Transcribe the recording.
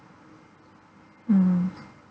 mm